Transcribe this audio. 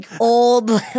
old